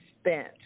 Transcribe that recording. spent